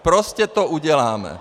Prostě to uděláme.